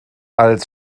als